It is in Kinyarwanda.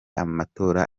amatora